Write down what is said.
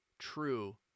true